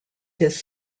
his